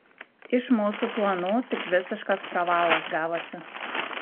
iš mūsų planų tik visiškas pravalas gavosi